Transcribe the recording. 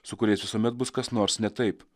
su kuriais visuomet bus kas nors ne taip